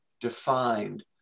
defined